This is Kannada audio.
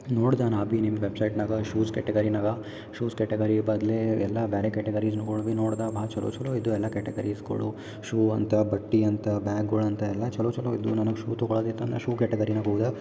ನೋಡ್ದೆ ನಾ ಬಿ ನಿಮ್ಮ ವೆಬ್ಸೈಟ್ನಾಗ ಶೂಸ್ ಕೆಟಗರಿನಾಗ ಶೂಸ್ ಕೆಟಗರಿ ಬದಲು ಎಲ್ಲ ಬೇರೆ ಕೆಟಗರಿಸ್ಗಳ್ ಬಿ ನೋಡ್ದೆ ಭಾಳ್ ಚಲೋ ಚಲೋ ಇದ್ವ ಎಲ್ಲ ಕೆಟಗರಿಸ್ಗಳು ಶೂ ಅಂತ ಬಟ್ಟೆಯಂತ ಬ್ಯಾಗ್ಗಳಂತ ಎಲ್ಲ ಚಲೋ ಚಲೋ ಇದ್ವೋ ನನಗೆ ಶೂ ತಗಳೋದು ಇತಂದ್ರೆ ಶೂ ಕೆಟಗರಿನಾಗ ಹೋದ